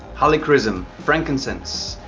helichrysum frankincense,